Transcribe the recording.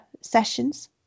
sessions